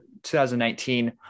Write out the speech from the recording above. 2019